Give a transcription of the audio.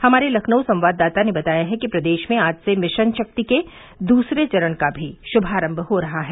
हमारे लखनऊ संवाददाता ने बताया है कि प्रदेश में आज से मिशन शक्ति के द्रसरे चरण का भी शुभारम्भ हो रहा है